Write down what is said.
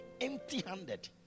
empty-handed